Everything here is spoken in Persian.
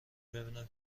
ببینم